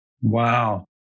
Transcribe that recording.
Wow